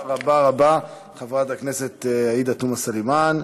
תודה רבה רבה, חברת הכנסת עאידה תומא סלימאן.